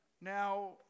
Now